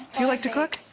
you like to cook?